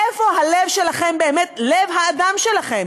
איפה הלב שלכם באמת, לב האדם שלכם?